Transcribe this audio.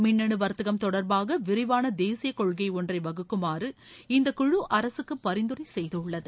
மின்னனு வர்த்தகம் தொடர்பாக விரிவான தேசிய கொள்கை ஒன்றை வகுக்குமாறு இந்தக் குழு அரசுக்கு பரிந்துரை செய்துள்ளது